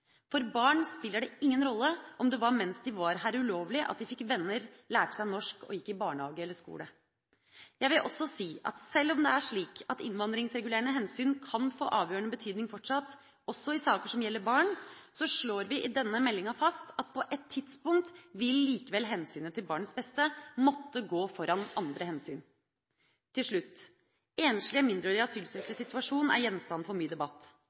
For barn spiller det ingen rolle om det var mens de var her ulovlig at de fikk venner, lærte seg norsk og gikk i barnehage eller på skole. Jeg vil også si at sjøl om det er slik at innvandringsregulerende hensyn kan få avgjørende betydning fortsatt, også i saker som gjelder barn, så slår vi i denne meldinga fast: «På et tidspunkt vil likevel hensynet til barnets beste måtte gå foran andre hensyn». Til slutt: Enslige mindreårige asylsøkeres situasjon er gjenstand for mye debatt.